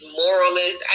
moralist